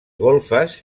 golfes